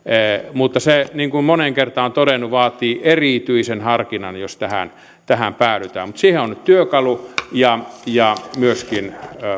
se niin kuin moneen kertaan olen todennut vaatii erityisen harkinnan jos tähän tähän päädytään mutta siihen on nyt työkalu ja ja myöskin